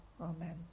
Amen